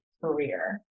career